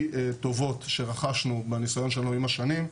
טובות שרכשנו בניסיון שלנו עם השנים.